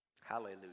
Hallelujah